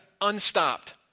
unstopped